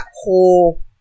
whole